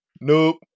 Nope